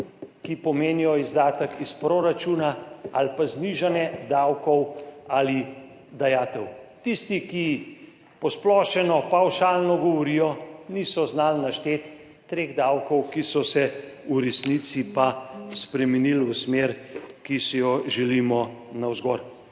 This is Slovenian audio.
ki pomenijo izdatek iz proračuna ali pa znižanje davkov ali dajatev. Tisti, ki posplošeno, pavšalno govorijo, niso znali našteti treh davkov, ki so se v resnici pa spremenili v smer, ki si jo želimo, navzgor.